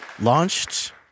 launched